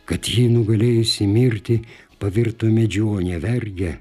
kad ji nugalėjusi mirtį pavirto medžiu o ne verge